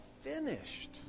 finished